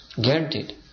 Guaranteed